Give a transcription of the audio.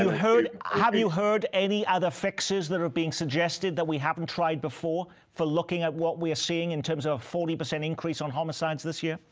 have you heard any other fixes that are being suggested that we haven't tried before, for looking at what we're seeing in terms of forty percent increase on homicides this year?